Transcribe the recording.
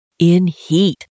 InHeat